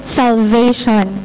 salvation